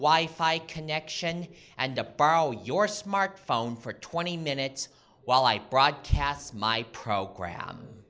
i connection and a borrow your smartphone for twenty minutes while i broadcast my program